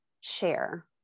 share